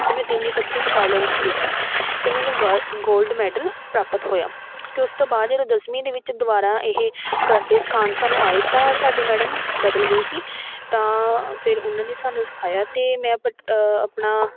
ਅਤੇ ਮੈਂ ਤਿੰਨੇ ਪੱਧਰੀ ਮੁਕਾਬਲਿਆਂ ਵਿੱਚ ਜਿੱਤੀ ਅਤੇ ਮੈਨੂੰ ਗਲਡ ਗੋਲਡ ਮੈਡਲ ਪ੍ਰਾਪਤ ਹੋਇਆ ਅਤੇ ਉਸ ਤੋਂ ਬਾਅਦ ਜਦੋਂ ਦਸਵੀਂ ਦੇ ਵਿੱਚ ਦੁਬਾਰਾ ਇਹ ਕਰਾਟੇ ਸਿਖਾਉਣ ਸਾਨੂੰ ਆਏ ਤਾਂ ਸਾਡੀ ਮੈਡਮ ਬਦਲ ਗਈ ਸੀ ਤਾਂ ਫਿਰ ਉਹਨਾਂ ਨੇ ਸਾਨੂੰ ਸਿਖਾਇਆ ਅਤੇ ਮੈਂ ਪ ਆਪਣਾ